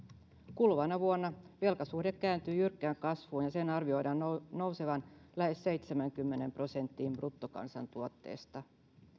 kuluvana vuonna velkasuhde kääntyy jyrkkään kasvuun ja sen arvioidaan nousevan lähes seitsemäänkymmeneen prosenttiin bruttokansantuotteesta